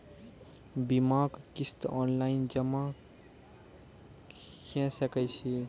बीमाक किस्त ऑनलाइन जमा कॅ सकै छी?